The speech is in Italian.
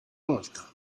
volta